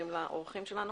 טוב.